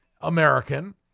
American